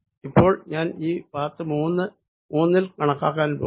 ഇപ്പോൾ ഞാൻ ഈ പാത്ത് 3 ൽ കണക്കാക്കാൻ പോകുന്നു